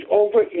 over